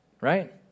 right